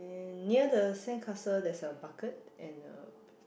and near the sandcastle theres a bucket and a